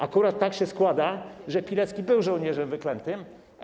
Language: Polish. Akurat tak się składa, że Pilecki był żołnierzem wyklętym.